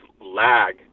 lag